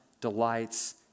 delights